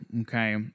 okay